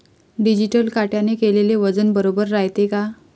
Digital काट्याने केलेल वजन बरोबर रायते का?